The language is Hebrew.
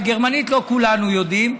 וגרמנית לא כולנו יודעים,